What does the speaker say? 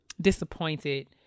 disappointed